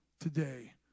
today